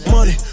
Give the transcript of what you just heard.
Money